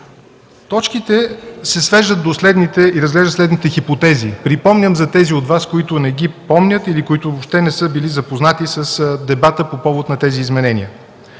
Точките се свеждат до разглеждане на следните хипотези. Припомням за тези от Вас, които не ги помнят или които въобще не са били запознати с дебата по повод на тези изменения.